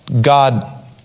God